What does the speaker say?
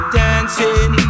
dancing